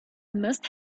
must